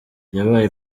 yabaye